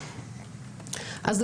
אז,